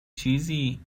چیزی